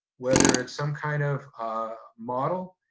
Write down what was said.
whether it's some kind of ah model,